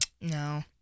No